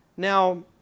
Now